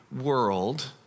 world